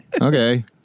Okay